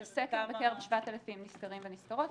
זה סקר בקרב 7000 נסקרים ונסקרות,